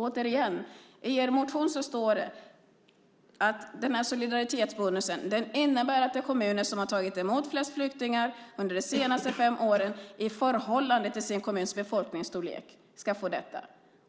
Återigen: I er motion står det att solidaritetsbonusen innebär att de kommuner som har tagit emot flest flyktingar under de senaste fem åren i förhållande till sin kommuns befolkningsstorlek ska få detta.